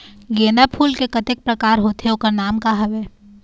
गेंदा फूल के कतेक प्रकार होथे ओकर नाम का हवे?